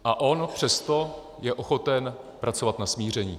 A on přesto je ochoten pracovat na smíření.